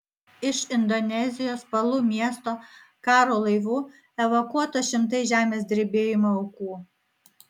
iš indonezijos palu miesto karo laivu evakuota šimtai žemės drebėjimo aukų